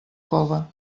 cove